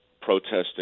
protesting